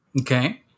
Okay